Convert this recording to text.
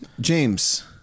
James